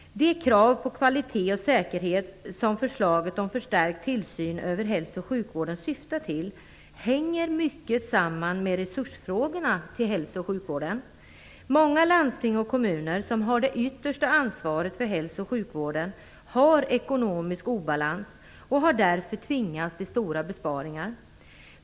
De krav på kvalitet och säkerhet som förslaget om förstärkt tillsyn över hälso och sjukvården syftar till hänger mycket samman med resursfrågorna inom hälso och sjukvården. Många landsting och kommuner, som har det yttersta ansvaret för hälso och sjukvården, har ekonomisk obalans och har därför tvingats till stora besparingar.